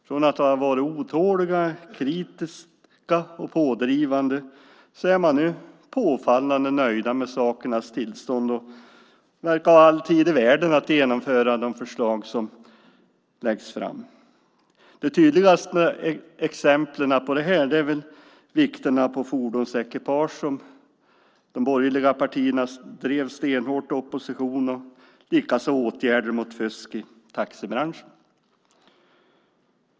Från att ha varit otåliga, kritiska och pådrivande är de nu påfallande nöjda med sakernas tillstånd och verkar ha all tid i världen att genomföra de förslag som läggs fram. Det tydligaste exemplet på detta är väl frågan om vikterna på fordonsekipage som de borgerliga partierna drev stenhårt i opposition, liksom åtgärder mot fusk i taxibranschen.